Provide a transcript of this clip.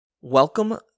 Welcome